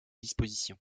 disposition